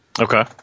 Okay